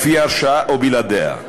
לפי הרשאה או בלעדיה,